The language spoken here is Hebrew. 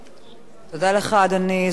תודה לך, אדוני סגן השר.